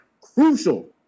crucial